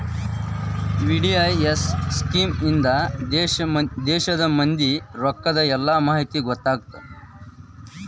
VDIS scheme ಇಂದಾ ದೇಶದ್ ಮಂದಿ ರೊಕ್ಕದ್ ಎಲ್ಲಾ ಮಾಹಿತಿ ಗೊತ್ತಾಗತ್ತ